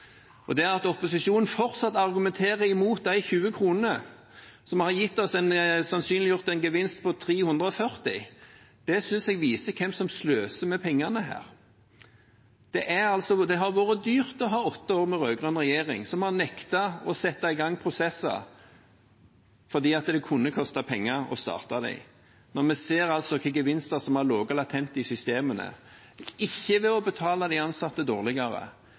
Og det at opposisjonen fortsatt argumenterer mot de 20 kronene som har sannsynliggjort en gevinst på 340 kr, synes jeg viser hvem som sløser med pengene her. Det har vært dyrt å ha åtte år med rød-grønn regjering som har nektet å sette i gang prosesser fordi det kunne koste penger å starte dem, når vi ser hvilke gevinster som har ligget latent i systemene – ikke ved å betale de ansatte dårligere,